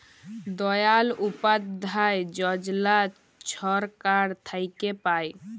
দয়াল উপাধ্যায় যজলা ছরকার থ্যাইকে পায়